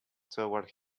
toward